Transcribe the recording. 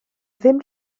ddim